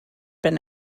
been